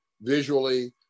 visually